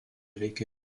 veikė